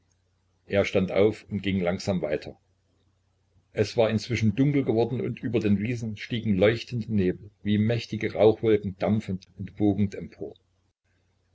er stand auf und ging langsam weiter es war inzwischen dunkel geworden und über den wiesen stiegen leuchtende nebel wie mächtige rauchwolken dampfend und wogend empor